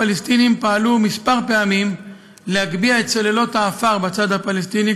הפלסטינים פעלו כמה פעמים להגביה את סוללות העפר בצד הפלסטיני,